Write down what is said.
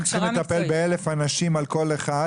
ואם הם צריכים לטפל ב-1,000 אנשים על כל אחד,